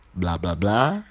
blah blah blah.